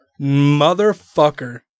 motherfucker